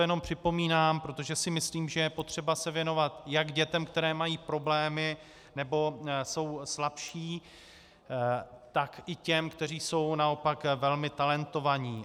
Jenom to připomínám, protože si myslím, že je potřeba se věnovat jak dětem, které mají problémy, nebo jsou slabší, tak i těm, kteří jsou naopak velmi talentovaní.